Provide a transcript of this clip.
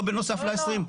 לא בנוסף ל-20.